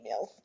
emails